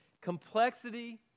Complexity